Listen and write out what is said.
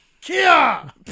Kia